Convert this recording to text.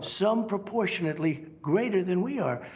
some proportionately greater than we are.